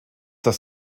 das